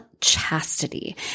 chastity